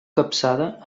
capçada